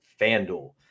FanDuel